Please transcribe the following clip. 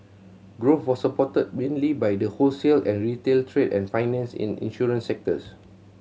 growth was supported mainly by the wholesale and retail trade and finance and insurance sectors